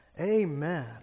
amen